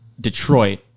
Detroit